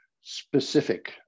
specific